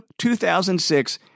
2006